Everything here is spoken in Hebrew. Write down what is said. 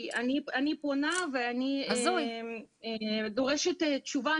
אני פונה ודורשת תשובה,